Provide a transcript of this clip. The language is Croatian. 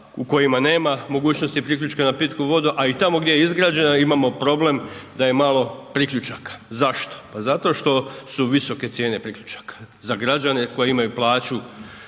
u kojima nema mogućnosti priključka na pitku vodu, a i tamo gdje je izgrađena imamo problem da je malo priključaka. Zašto? Pa zato što su visoke cijene priključaka za građane koji imaju plaću